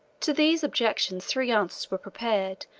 to these objections three answers were prepared,